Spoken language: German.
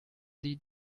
sie